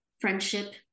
friendship